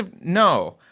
No